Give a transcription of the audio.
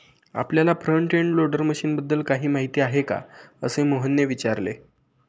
आपल्याला front end loader मशीनबद्दल काही माहिती आहे का, असे मोहनने विचारले?